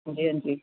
ਹਾਂਜੀ ਹਾਂਜੀ